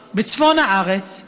הוא בדיוק אותו טרוריסט